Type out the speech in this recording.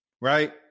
Right